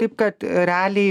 taip kad realiai